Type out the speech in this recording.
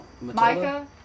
Micah